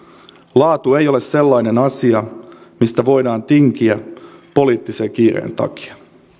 laatu ei ole sellainen asia mistä voidaan tinkiä poliittisen kiireen takia